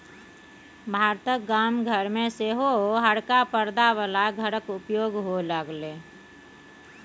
भारतक गाम घर मे सेहो हरका परदा बला घरक उपयोग होए लागलै